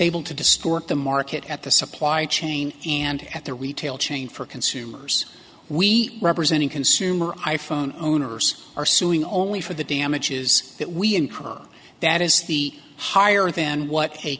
able to distort the market at the supply chain and at the retail chain for consumers we representing consumer i phone owners are suing only for the damages that we incur that is the higher than what a